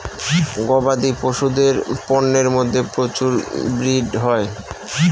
গবাদি পশুদের পন্যের মধ্যে প্রচুর ব্রিড হয়